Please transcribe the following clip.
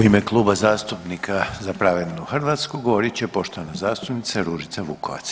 U ime Kluba zastupnika Za pravednu Hrvatsku govorit će poštovana zastupnica Ružica Vukovac.